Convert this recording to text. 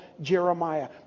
Jeremiah